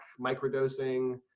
microdosing